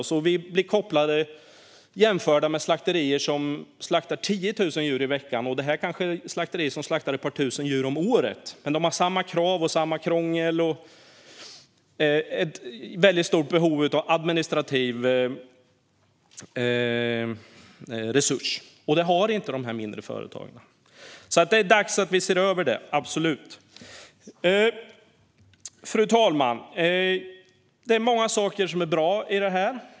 Slakterier som kanske slaktar ett par tusen djur om året blir jämförda med slakterier som slaktar 10 000 djur i veckan. Kraven och krånglet är desamma, och det finns ett stort behov av administrativa resurser som de mindre företagen inte har. Det är absolut dags att vi ser över detta. Fru talman! Det är många saker i detta som är bra.